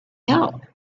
help